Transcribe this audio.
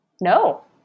No